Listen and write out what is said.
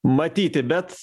matyti bet